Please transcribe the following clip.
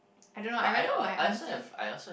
I don't know I remember my aunty